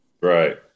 Right